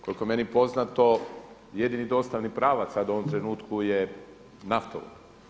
Koliko je meni poznato jedini dostavni pravac sada u ovom trenutku je naftovod.